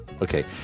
Okay